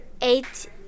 eight